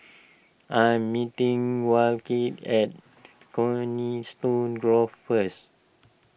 I am meeting at Coniston Grove first